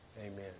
Amen